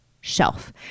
shelf